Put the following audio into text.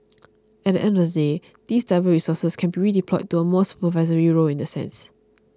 at the end of the day these driver resources can be redeployed to a more supervisory role in that sense